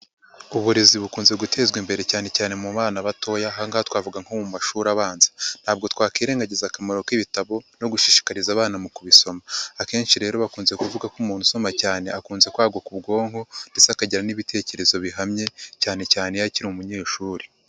Uburezi bukunze gutezwa imbere cyane cyane mu bana batoya, ahangaha twavuga nko mu mashuri abanza, ntabwo twakwirengagiza akamaro k'ibitabo no gushishikariza abana mu kubisoma, akenshi rero bakunze kuvuga ko umuntu usoma cyane akunze kwaguka ubwonko ndetse akagira n'ibitekerezo bihamye, cyane cyane iyo akiri umunyeshuri.